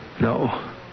No